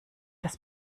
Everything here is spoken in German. das